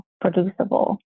producible